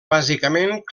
bàsicament